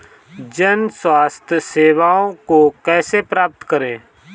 जन स्वास्थ्य सेवाओं को कैसे प्राप्त करें?